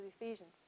Ephesians